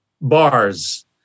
bars